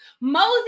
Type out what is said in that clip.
Moses